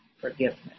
forgiveness